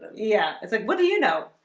yeah, it's like what do you know,